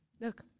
look